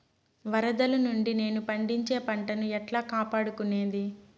వరదలు నుండి నేను పండించే పంట ను ఎట్లా కాపాడుకునేది?